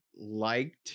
liked